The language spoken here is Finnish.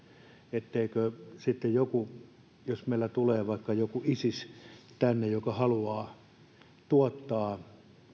etteikö sitten jos tulee vaikka joku isis tänne joka haluaa tuoda tulivoimaisia aseita